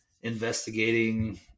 investigating